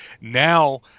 Now